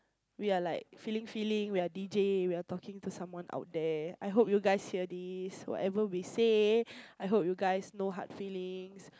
we are like feeling feeling we are D_J we are talking to someone out there I hope you guys hear this whatever we say I hope you guys no hard feelings